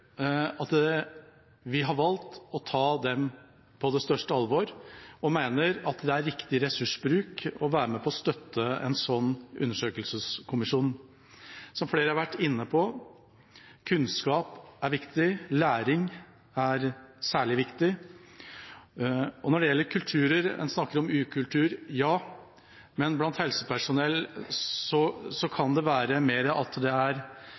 at vi har valgt å ta dem på det største alvor og mener at det er riktig ressursbruk å være med på å støtte en sånn undersøkelseskommisjon. Som flere har vært inne på: Kunnskap er viktig, læring er særlig viktig. Når det gjelder kulturer: En snakker om ukultur – ja, men blant helsepersonell kan det heller være at det er